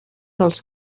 dels